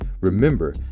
Remember